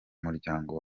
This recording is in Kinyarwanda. muryango